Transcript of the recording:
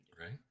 right